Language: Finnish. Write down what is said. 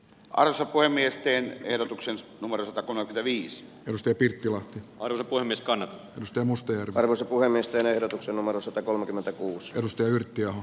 also kuin miesten ehdotuksensa marta cone viisi joista piti tulla orpo niskanen risto mustonen varaosapuhemiesten ehdotuksen numero satakolmekymmentäkuusi ja musta ylitti o